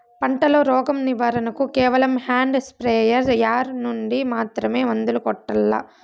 పంట లో, రోగం నివారణ కు కేవలం హ్యాండ్ స్ప్రేయార్ యార్ నుండి మాత్రమే మందులు కొట్టల్లా?